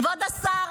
כבוד השר,